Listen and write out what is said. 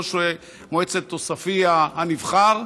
ראש מועצת עוספיא הנבחר,